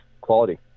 quality